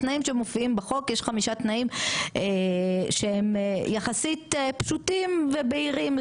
התנאים שמופיעים בחוק יש חמישה תנאים שהם יחסית פשוטים ובהירים,